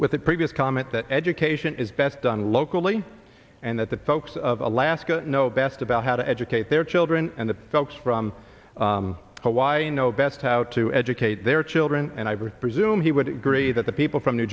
with the previous comment that education is best done locally and that the folks of alaska know best about how to educate their children and the folks from hawaii know best how to educate their children and i would presume he would agree that the people from new